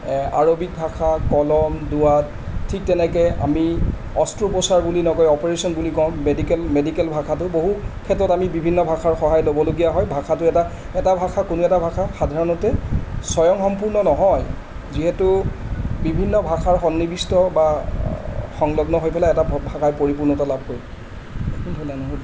আৰৱীক ভাষাত কলম দোৱাত ঠিক তেনেকৈ আমি অষ্ট্ৰোপ্ৰচাৰ বুলি নকওঁ অপাৰেশ্যন বুলি কওঁ মেডিকেল মেডিকেল ভাষাটো বহু ক্ষেত্ৰত আমি বিভিন্ন ভাষাৰ সহায় ল'বলগীয়া হয় ভাষাটো এটা এটা ভাষা কোনো এটা ভাষা সাধাৰণতে স্বয়ংসম্পূৰ্ণ নহয় যিহেতু বিভিন্ন ভাষাৰ সন্নিৱিষ্ট বা সংলগ্ন হৈ পেলাই এটা ভাষাই পৰিপূৰ্ণতা লাভ কৰিব কোনফালে আনোঁ